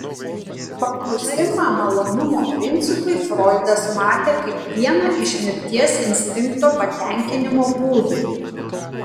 paklusimą malonumo principui froidas matė kaip vieną iš mirties instinkto patenkinimo būdų